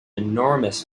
enormous